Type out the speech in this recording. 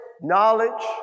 knowledge